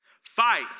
Fight